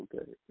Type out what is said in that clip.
okay